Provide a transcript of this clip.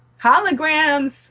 holograms